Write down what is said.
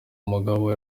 mugabo